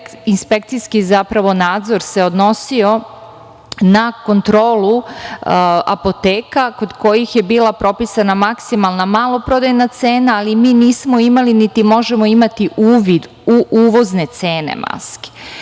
inspekcijski nadzor se odnosio na kontrolu apoteka kod kojih je bila propisana maksimalna maloprodajna cena, ali mi nismo imali, niti možemo imati uvid u uvozne cene maski. Samim